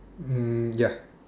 um ya